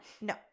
no